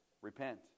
repent